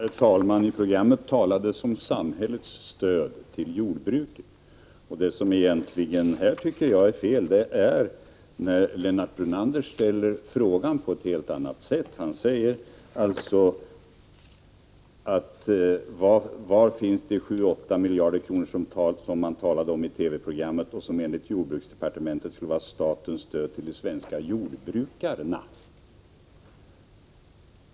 Herr talman! I programmet talades om samhällets stöd till jordbruket. Det som är fel här är egentligen att Lennart Brunander ställer frågan på ett helt annat sätt. Han säger: Var finns de 7-8 miljarder kronor som man talade om i TV-programmet och som enligt jordbruksdepartementet skulle vara statens stöd till de svenska jordbrukarna?